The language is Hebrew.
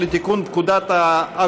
נתקבלה.